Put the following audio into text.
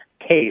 case